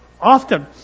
often